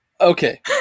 okay